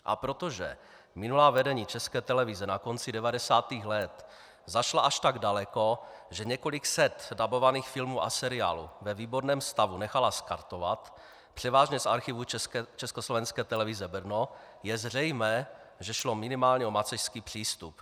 A protože minulá vedení České televize na konci devadesátých let zašla až tak daleko, že několik set dabovaných filmů a seriálů ve výborném stavu nechala skartovat, převážně z archivu Československé televize Brno, je zřejmé, že šlo minimálně o macešský přístup.